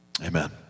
amen